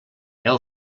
heu